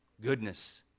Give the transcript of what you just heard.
goodness